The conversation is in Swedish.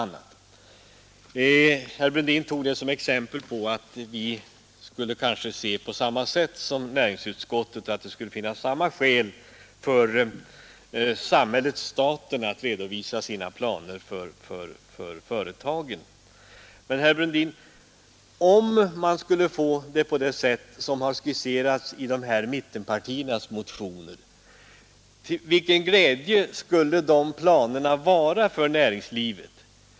Enligt herr Brundin borde finansutskottet se saken på samma sätt som näringsutskottet och tycka att det också kunde finnas skäl för samhället att redovisa sina planer för företagen. Men, herr Brundin, om vi skulle få det såsom det är skisserat i mittenpartiernas motioner, till vilken glädje skulle de planerna vara för näringslivet?